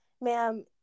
ma'am